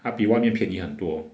它比外面便宜很多